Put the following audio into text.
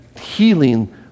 healing